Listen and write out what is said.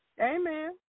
Amen